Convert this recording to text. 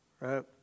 right